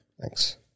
Thanks